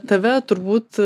tave turbūt